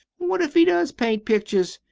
what if he does paint pictures?